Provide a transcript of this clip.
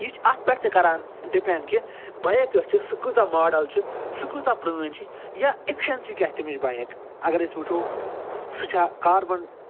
یہِ چھِ اَتھ پٮ۪ٹھ تہِ کَران ڈِپٮ۪نٛڈ کہِ بایک یۄس چھِ سُہ کۭژاہ ماڈَل چھِ سُہ کۭژاہ پرٛٲنۍ چھِ یا اِفشنسی کیٛاہ چھِ تَمِچ بایک اگر أسۍ وٕچھو سُہ چھا کاربَن